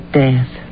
death